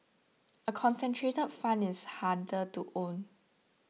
a concentrated fund is harder to own